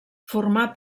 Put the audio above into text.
formà